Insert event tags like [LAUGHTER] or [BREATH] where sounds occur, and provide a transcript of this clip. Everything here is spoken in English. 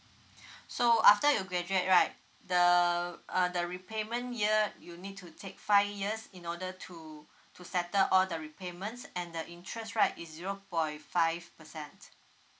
[BREATH] so after you graduate right the uh the repayment year you need to take five years in order to to settle all the repayments and the interest right is zero point five percent